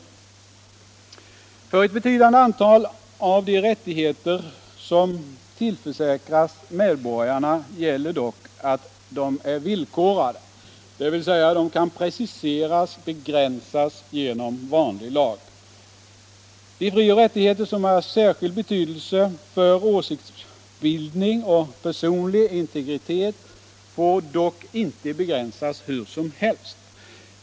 För ett betydande antal av de rättigheter som tillförsäkras medborgarna gäller dock att de är villkorade, dvs. kan preciseras och begränsas genom vanlig lag. De frioch rättigheter som är av särskild betydelse för åsiktsbildning och personlig integritet får dock inte begränsas hur som helst.